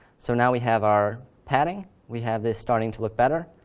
so now we have our padding we have this starting to look better.